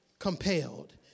compelled